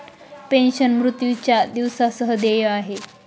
pension, मृत्यूच्या दिवसा सह देय आहे